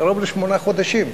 קרוב ל-18 חודשים.